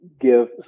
give